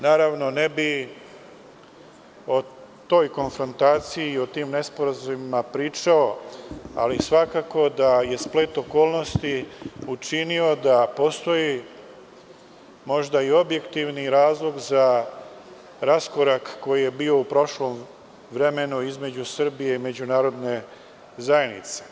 Ne bih o toj konfrontaciji i o tim nesporazumima pričao, ali svakako da je splet okolnosti učinio da postoji možda i objektivni razlog za raskorak koji je bio u prošlom vremenu između Srbije i međunarodne zajednice.